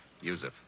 yusuf